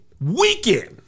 weekend